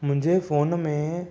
मुंहिंजे फोन में